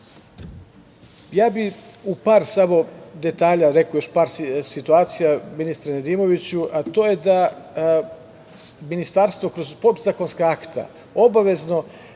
bih u par detalja rekao još par situacija, ministre Nedimoviću, a to je da Ministarstvo kroz podzakonska akta obavezno